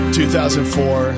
2004